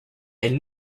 elle